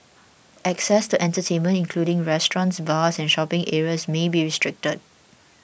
access to entertainment including restaurants bars and shopping areas may be restricted